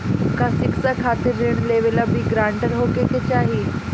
का शिक्षा खातिर ऋण लेवेला भी ग्रानटर होखे के चाही?